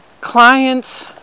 clients